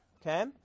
okay